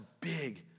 big